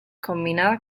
combinada